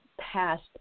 past